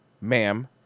ma'am